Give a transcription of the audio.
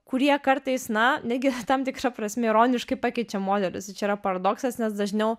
kurie kartais na netgi tam tikra prasme ironiškai pakeičia modelius tai čia yra paradoksas nes dažniau